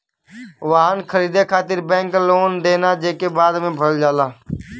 वाहन खरीदे खातिर बैंक लोन देना जेके बाद में भरल जाला